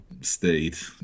state